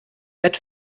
bett